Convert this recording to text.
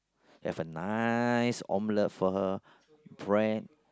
have a nice omelette for her bread